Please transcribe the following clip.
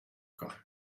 cor